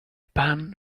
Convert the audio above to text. pan